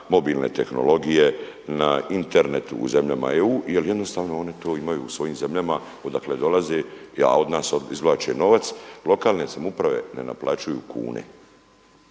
mobilne tehnologije, na Internet u zemljama EU jer jednostavno one to imaju svojim zemljama odakle dolaze a od nas izvlače novac lokalne samouprave ne naplaćuju kune